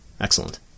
excellent